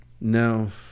No